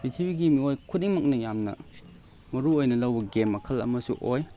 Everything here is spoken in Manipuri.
ꯄ꯭ꯔꯤꯊꯤꯕꯤꯒꯤ ꯃꯤꯑꯣꯏ ꯈꯨꯗꯤꯡꯃꯛꯅ ꯌꯥꯝꯅ ꯃꯔꯨ ꯑꯣꯏꯅ ꯂꯧꯕ ꯒꯦꯝ ꯃꯈꯜ ꯑꯃꯁꯨ ꯑꯣꯏ